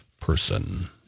person